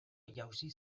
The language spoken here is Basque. jausi